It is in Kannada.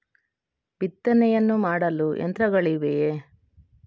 ಬಿತ್ತನೆಯನ್ನು ಮಾಡಲು ಯಂತ್ರಗಳಿವೆಯೇ?